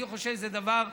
אני חושב שזה דבר חשוב.